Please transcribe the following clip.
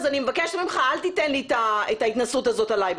אז אני מבקשת ממך אל תיתן לי את ההתנשאות הזאת עליי.